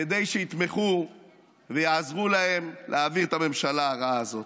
כדי שיתמכו ויעזרו להם להעביר את הממשלה הרעה הזאת.